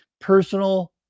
personal